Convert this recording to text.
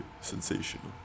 Sensational